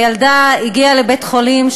הילדה הגיעה לבית-חולים,